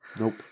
Nope